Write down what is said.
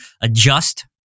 adjust